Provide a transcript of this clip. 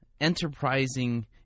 enterprising